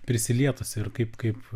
prisilietusi ir kaip kaip